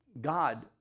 God